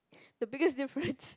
the biggest difference